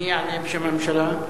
מי יענה בשם הממשלה?